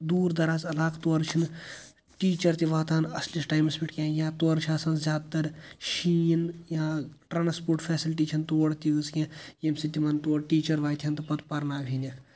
دوٗر دَراز علاقہٕ تورٕ چھِنہٕ ٹیٖچَر تہِ واتان اَصلِس ٹایمَس پٮ۪ٹھ کیٚنٛہہ یا تورٕ چھےٚ آسان زیادٕ تَر شیٖن یا ٹرٛانَسپوٹ فٮ۪سَلٹی چھَنہٕ تور تیٖژ کیٚنٛہہ ییٚمۍ سۭتۍ تِمَن تور ٹیٖچَر واتہِ ہَن تہٕ پَتہٕ پَرناوہِنکھ